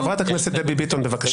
חברת הכנסת דבי ביטון, בבקשה.